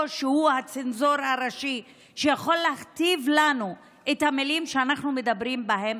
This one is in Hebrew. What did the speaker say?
שהוא הצנזור הראשי שיכול להכתיב לנו את המילים שאנחנו מדברים בהן,